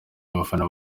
y’abafana